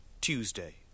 Tuesday